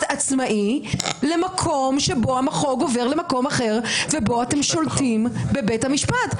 עצמאי למקום שבו המחוג עובר למקום אחר ובו אתם שולטים בבית המשפט.